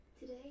Today